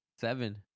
Seven